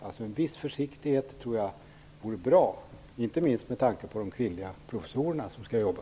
Jag tror att det vore bra med en viss försiktighet, inte minst med tanke med de kvinnliga professorer som sedan skall jobba.